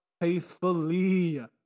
faithfully